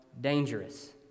dangerous